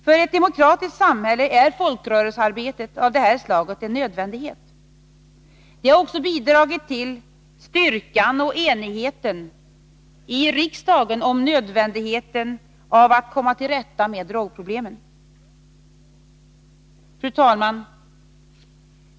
För ett demokratiskt samhälle är folkrörelsearbete av detta slag en nödvändighet. Det har också bidragit till styrkan och enigheten i riksdagen när det gäller nödvändigheten av att komma till rätta med drogproblemen. Fru talman!